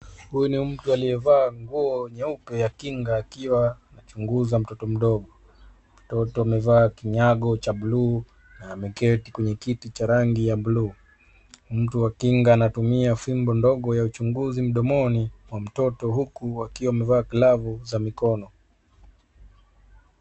Huyu ni mtu aliyevaa nguo nyeupe ya kinga akiwa anachunguza mtoto mdogo. Mtoto amevaa kinyago cha buluu na ameketi kwenye kiti cha rangi ya buluu. Mtu wa kinga anatumia fimbo ndogo ya uchunguzi mdomoni mwa mtoto huku akiwa amevaa glavu za mikono.